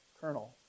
kernel